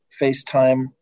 FaceTime